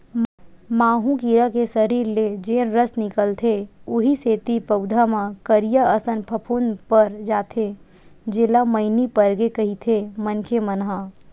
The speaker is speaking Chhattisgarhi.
माहो कीरा के सरीर ले जेन रस निकलथे उहीं सेती पउधा म करिया असन फफूंद पर जाथे जेला मइनी परगे कहिथे मनखे मन ह